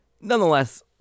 Nonetheless